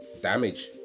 damage